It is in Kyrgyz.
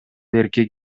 эркек